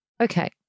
Okay